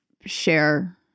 share